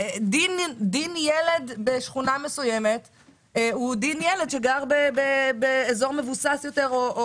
דין ילד בשכונה בעייתית יהיה כדין ילד שגר באזור מבוסס יותר.